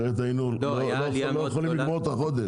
אחרת לא היינו יכולים לגמור את החודש.